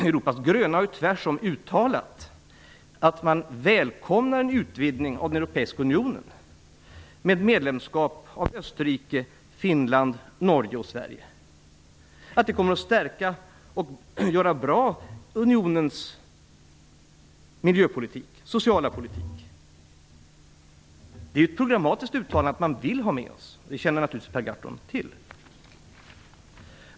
Europas gröna har tvärtom uttalat att man välkomnar en utvidgning av den europeiska unionen med medlemskap av Österrike, Finland, Norge och Sverige och att det kommer att vara bra för unionens miljöpolitik och sociala politik. Det är ett programmatiskt uttalande för att man vill ha med oss, och det känner naturligtvis Per Gahrton till.